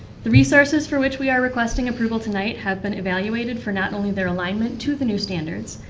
the resources for which we are requesting approval tonight have been evaluated for not only their alignment to the new standards,